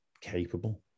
capable